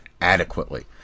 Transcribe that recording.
adequately